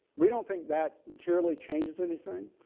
we don't think that materially changes anything.